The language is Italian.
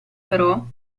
però